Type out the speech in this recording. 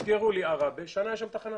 תסגרו לי ערבה, אחרי שנה יש שם תחנה.